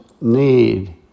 need